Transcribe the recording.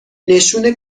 نشون